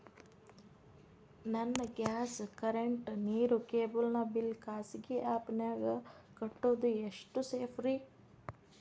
ನನ್ನ gas current, ನೇರು, cable ನ ಬಿಲ್ ಖಾಸಗಿ ಆ್ಯಪ್ ನ್ಯಾಗ್ ಕಟ್ಟೋದು ಎಷ್ಟು ಸೇಫ್ರಿ?